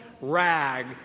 rag